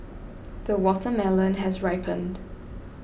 the watermelon has ripened